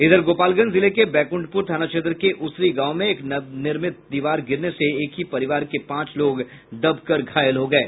इधर गोपालगंज जिले के बैकुंठपुर थाना क्षेत्र के उसरी गांव में एक नवनिर्मित दीवार गिरने से एक ही परिवार के पांच लोग दबकर घायल हो गये